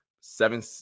seven